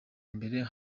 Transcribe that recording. mbere